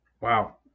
Wow